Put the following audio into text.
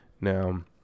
Now